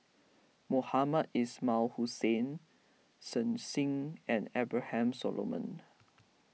Mohamed Ismail Hussain Shen Xi and Abraham Solomon